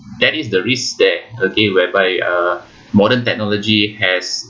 that is the risk there okay whereby uh modern technology has